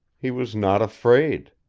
he was not afraid.